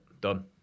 done